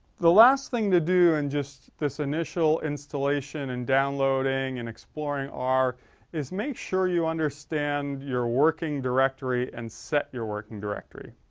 the last thing to do and just this initial installation and downloading in exploring our is make sure you understand you're working directory and set you're working directory